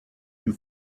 you